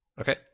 Okay